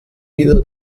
wieder